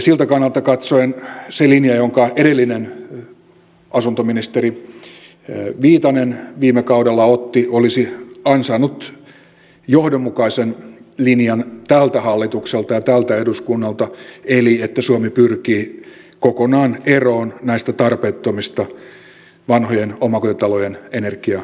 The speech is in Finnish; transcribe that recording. siltä kannalta katsoen se linja jonka edellinen asuntoministeri viitanen viime kaudella otti olisi ansainnut johdonmukaisen linjan tältä hallitukselta ja tältä eduskunnalta eli että suomi pyrkii kokonaan eroon näistä tarpeettomista vanhojen omakotitalojen energiatodistuksista